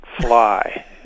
fly